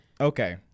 okay